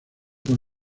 con